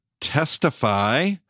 testify